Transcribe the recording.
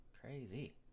crazy